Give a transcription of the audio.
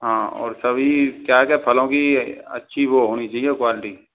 हाँ और सभी क्या क्या फलों की अच्छी वो होनी चाहिए क्वालिटी